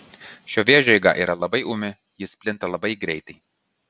šio vėžio eiga yra labai ūmi jis plinta labai greitai